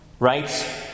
Right